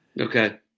Okay